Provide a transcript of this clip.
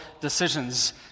decisions